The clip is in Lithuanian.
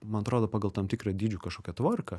man atrodo pagal tam tikrą dydžių kažkokią tvarką